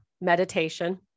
meditation